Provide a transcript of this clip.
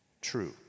true